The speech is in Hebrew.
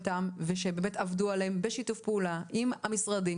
טעם ושבאמת הם עבדו עליהן בשיתוף פעולה עם המשרדים,